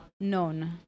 known